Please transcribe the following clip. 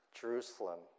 Jerusalem